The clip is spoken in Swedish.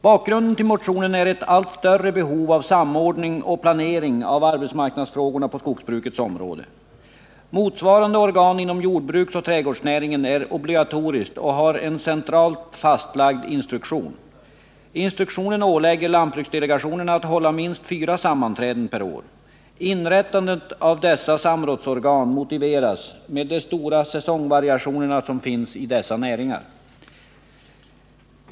Bakgrunden till motionen är ett allt större behov av samordning och planering av arbetsmarknadsfrågorna på skogsbrukets område. Motsvarande organ inom jordbruksoch trädgårdsnäringen är obligatoriskt och har en centralt fastlagd instruktion. Instruktionen ålägger lantbruksdelegationerna att hålla minst fyra sammanträden per år. Inrättandet av dessa samrådsorgan motiveras med de stora säsongvariationerna i dessa näringar.